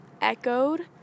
echoed